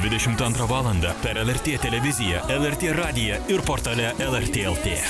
dvidešimt antrą valandą per lrt televiziją lrt radiją ir portale lrt lt